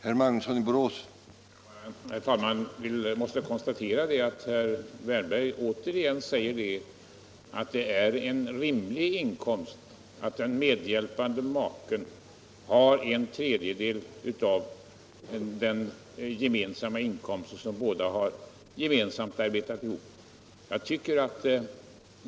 Herr talman! Jag konstaterar nu att herr Wärnberg upprepar att det är en rimlig inkomstfördelning att den medhjälpande maken får en tredjedel av den inkomst som båda makarna gemensamt har arbetat ihop.